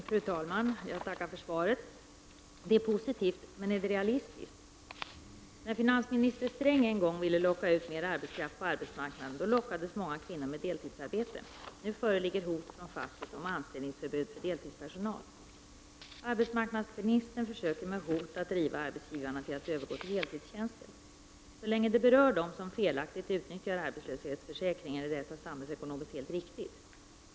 Fru talman! Jag tackar för svaret. Det var positivt, men är det realistiskt? När finansminister Sträng en gång ville locka ut mer arbetskraft på arbetsmarknaden lockades många kvinnor med deltidsarbete. Nu föreligger hot från facket om anställningsförbud för deltidspersonal. Arbetsmarknadsministern försöker med hot driva arbetsgivarna till att övergå till heltidstjänster. Så länge det berör dem som felaktigt utnyttjar arbetslöshetsförsäkringen är detta samhällsekonomiskt helt riktigt.